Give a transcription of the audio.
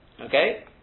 Okay